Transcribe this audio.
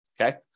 okay